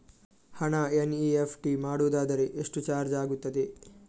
ಹಣ ಎನ್.ಇ.ಎಫ್.ಟಿ ಮಾಡುವುದಾದರೆ ಎಷ್ಟು ಚಾರ್ಜ್ ಆಗುತ್ತದೆ?